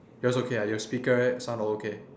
yours okay ah your speaker sound okay